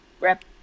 rep